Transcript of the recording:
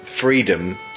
freedom